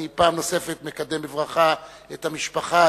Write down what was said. פעם נוספת אני מקדם בברכה את המשפחה,